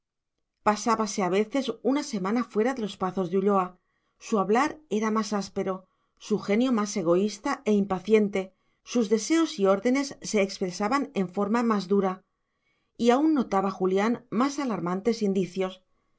lejanos pasábase a veces una semana fuera de los pazos de ulloa su hablar era más áspero su genio más egoísta e impaciente sus deseos y órdenes se expresaban en forma más dura y aún notaba julián más alarmantes indicios